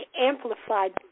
Amplified